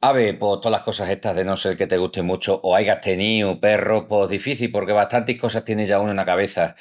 Ave, pos tolas cosas estas de no sel que te gusti muchu o aigas teníu perrus pos difici porque bastantis cosas tieni ya unu ena cabeça.